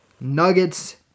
Nuggets